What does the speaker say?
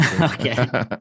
okay